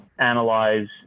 analyze